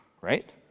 right